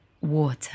water